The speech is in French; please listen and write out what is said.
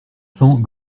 cents